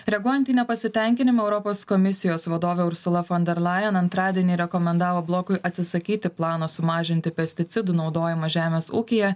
reaguojant į nepasitenkinimą europos komisijos vadovė ir ursula fonderlajan antradienį rekomendavo blokui atsisakyti plano sumažinti pesticidų naudojimą žemės ūkyje